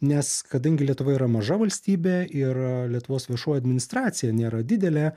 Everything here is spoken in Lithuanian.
nes kadangi lietuva yra maža valstybė ir lietuvos viešoji administracija nėra didelė